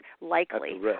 likely